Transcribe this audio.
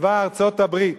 צבא ארצות-הברית,